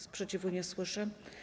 Sprzeciwu nie słyszę.